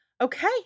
Okay